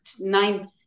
nine